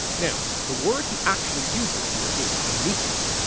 now the word he actually uses here is mimesis,